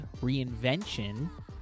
reinvention